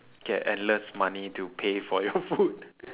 get endless money to pay for your food